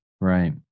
Right